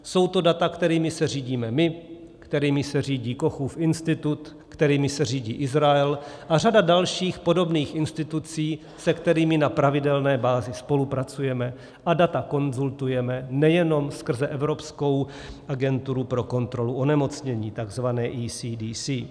Jsou to data, kterými se řídíme my, kterými se řídí Kochův institut, kterými se řídí Izrael a řada dalších podobných institucí, se kterými na pravidelné bázi spolupracujeme, a data konzultujeme nejenom skrze Evropskou agenturu pro kontrolu onemocnění, takzvané ECDC.